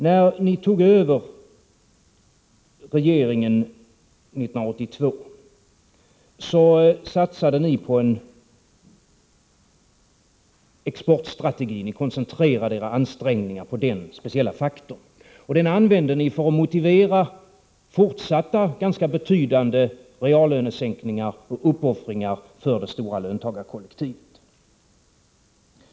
När ni tog över regeringsmakten 1982, satsade ni på en exportstrategi. Ni koncentrerade era ansträngningar till denna speciella faktor. Den använde ni för att motivera fortsatta, ganska betydande, reallönesänkningar och uppoffringar för det stora löntagarkollektivet.